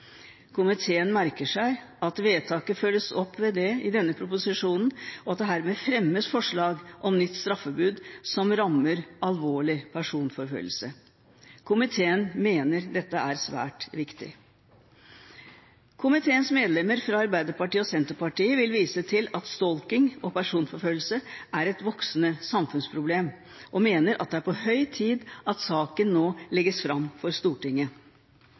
Komiteen merker seg at vedtaket følges opp i denne proposisjonen, og at det herved fremmes forslag om nytt straffebud som rammer alvorlig personforfølgelse. Komiteen mener dette er svært viktig. Komiteens medlemmer fra Arbeiderpartiet og Senterpartiet vil vise til at stalking og personforfølgelse er et voksende samfunnsproblem, og mener at det er på høy tid at saken nå legges fram for Stortinget.